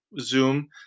Zoom